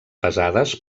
pesades